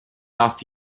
off